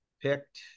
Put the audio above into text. picked